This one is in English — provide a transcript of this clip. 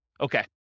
Okay